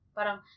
Parang